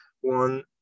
One